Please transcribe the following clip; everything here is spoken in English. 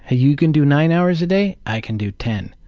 ah you can do nine hours a day? i can do ten.